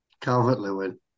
Calvert-Lewin